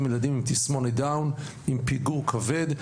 ילדים עם תסמונת דאון ועם פיגור כבד.